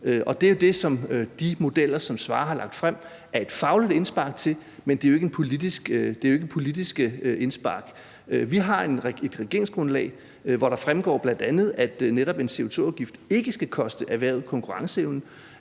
Det er jo det, som de modeller, som Svarerudvalget har lagt frem, er et fagligt indspark til, men det er jo ikke politiske indspark. Vi har et regeringsgrundlag, hvor det bl.a. fremgår, at en CO2-afgift netop ikke skal koste erhvervet konkurrenceevne,